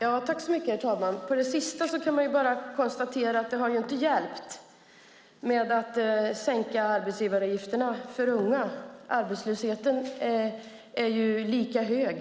Herr talman! När det gäller det sistnämnda kan man bara konstatera att det inte har hjälpt att man har sänkt arbetsgivaravgiften för unga. Arbetslösheten är lika hög